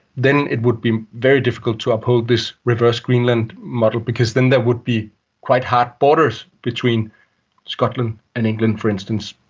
then it would be very difficult to uphold this reverse greenland model because it then there would be quite hard borders between scotland and england, for instance,